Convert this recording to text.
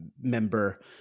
member